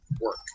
work